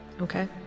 Okay